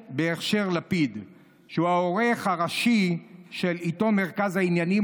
שהוא העורך הראשי של עיתון "מרכז העניינים":